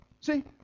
See